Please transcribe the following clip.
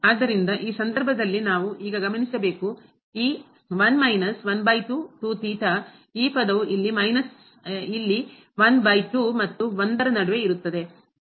ಆದ್ದರಿಂದ ಈ ಸಂದರ್ಭದಲ್ಲಿ ನಾವು ಈಗ ಗಮನಿಸಬೇಕು ಈ ಈ ಪದವು ಇಲ್ಲಿ ಮತ್ತು 1 ರ ನಡುವೆ ಇರುತ್ತದೆ